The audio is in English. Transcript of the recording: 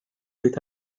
with